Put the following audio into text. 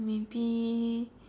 maybe